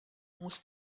muss